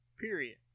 Period